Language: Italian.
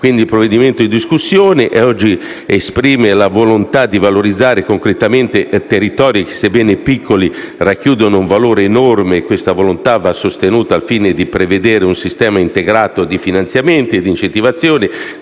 Il provvedimento in discussione esprime quindi la volontà di valorizzare concretamente territori che, sebbene piccoli, racchiudono un valore enorme; tale volontà va sostenuta al fine di prevedere un sistema integrato di finanziamenti, di incentivazione,